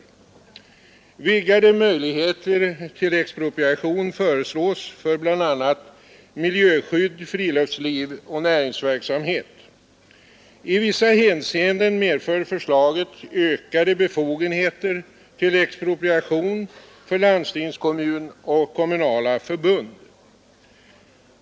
Vidgade möjligheter till expropriation föreslås för bl.a. miljöskydd, friluftsliv och näringsverksamhet. I vissa hänseenden medför förslaget ökade befogenheter till expropriation för landstingskommun och kommunala förbund.